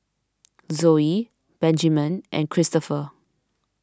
Zoey Benjiman and Kristoffer